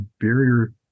barrier